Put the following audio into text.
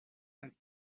and